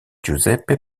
giuseppe